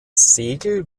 segel